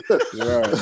Right